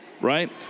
Right